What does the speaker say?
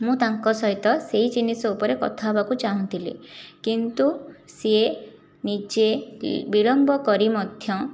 ମୁଁ ତାଙ୍କ ସହିତ ସେହି ଜିନିଷ ଉପରେ କଥା ହେବାକୁ ଚାହୁଁଥିଲି କିନ୍ତୁ ସେ ନିଜେ ବିଳମ୍ବ କରି ମଧ୍ୟ